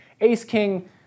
ace-king